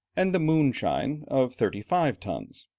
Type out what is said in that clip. and the moonshine, of thirty-five tons.